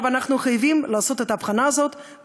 אנחנו חייבים לעשות את ההבחנה הזאת,